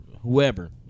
whoever